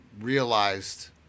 realized